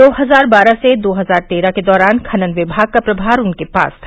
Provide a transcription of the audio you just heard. दो हज़ार बारह से दो हज़ार तेरह के दौरान खनन विभाग का प्रभार उनके पास था